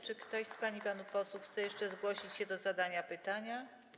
Czy ktoś z pań i panów posłów chce jeszcze zgłosić się do zadania pytania?